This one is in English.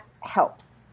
helps